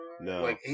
No